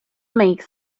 make